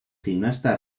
gimnasta